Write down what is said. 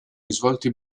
risvolti